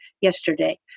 yesterday